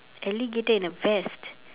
alligator in a vest